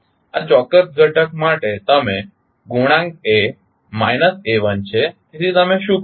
આ ચોક્કસ ઘટક માટે તમે ગુણાંક એ માઇનસ a1 છે તેથી તમે શું કરશો